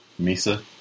Misa